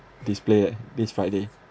display eh this friday